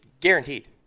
Guaranteed